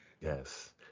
yes